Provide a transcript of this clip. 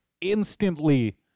instantly